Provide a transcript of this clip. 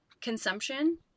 consumption